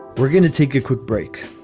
we're going to take a quick break.